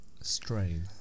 strain